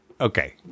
Okay